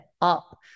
up